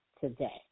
today